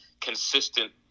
consistent